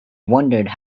wondered